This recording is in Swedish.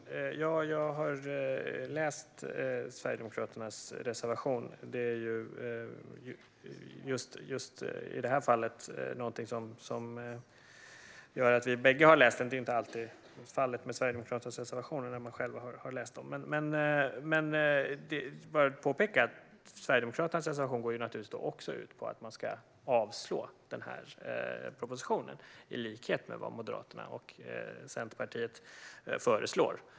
Herr talman! Jag har läst Sverigedemokraternas reservation. Just i detta fall är det något som gör att vi bägge har läst den. Det är inte alltid fallet med Sverigedemokraternas reservationer att man själv har läst dem. Jag vill påpeka att Sverigedemokraternas reservation går ut på att man ska avstyrka propositionen i likhet med vad Moderaterna och Centerpartiet föreslår.